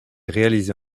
réalisés